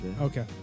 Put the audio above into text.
Okay